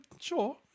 sure